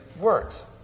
works